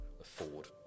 afford